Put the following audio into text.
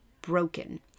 broken